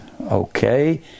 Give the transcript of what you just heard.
okay